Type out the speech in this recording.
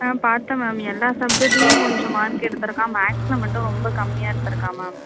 ஆ பார்த்தேன் மேம் எல்லா சப்ஜெக்ட்லையும் கொஞ்சம் மார்க் எடுத்திருக்கான் மேக்ஸில் மட்டும் ரொம்ப கம்மியாக எடுத்துருக்கான் மேம்